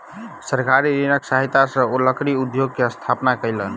सरकारी ऋणक सहायता सॅ ओ लकड़ी उद्योग के स्थापना कयलैन